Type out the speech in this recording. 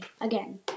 again